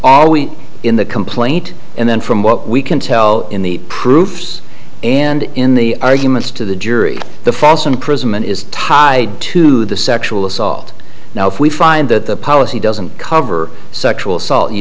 always in the complaint and then from what we can tell in the proofs and in the arguments to the jury the false imprisonment is tied to the sexual assault now if we find that the policy doesn't cover sexual